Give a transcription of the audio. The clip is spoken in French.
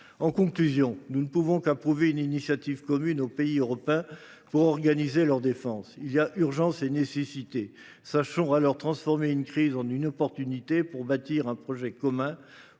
En conclusion, nous ne pouvons qu’approuver une initiative commune aux pays européens pour organiser leur défense. Il y a urgence et nécessité. Sachons transformer une crise en une chance pour bâtir un projet commun.